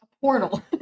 portal